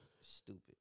Stupid